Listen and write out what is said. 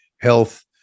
health